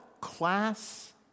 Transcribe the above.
class